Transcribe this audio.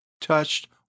touched